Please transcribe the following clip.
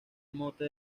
mote